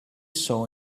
saw